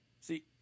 See